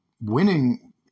winning